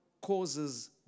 causes